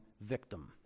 victim